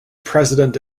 president